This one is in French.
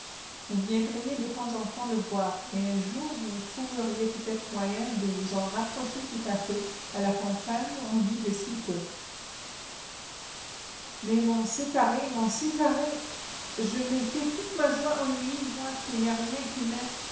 vous viendriez de temps en temps le voir et un jour vous trouveriez peut-être moyen de vous en rapprocher tout à fait à la campagne on vit de si peu mais m'en séparer m'en séparer je mettais toute ma joie en lui moi qui n'ai rien qui m'aime